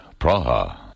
Praha